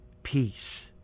Peace